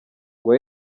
ngo